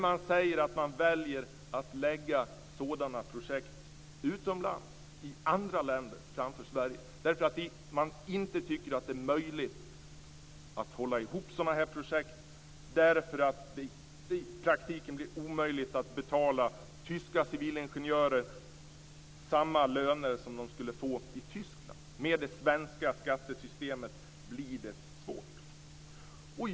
Man säger att man väljer att förlägga sådana projekt till andra länder än Sverige, därför att man inte tycker att det är möjligt att hålla ihop sådana projekt. Det är i praktiken blir omöjligt att betala tyska civilingenjörer samma löner som de skulle få i Tyskland. Med det svenska skattesystemet blir det svårt.